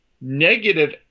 negative